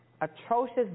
atrocious